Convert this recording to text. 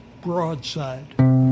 Broadside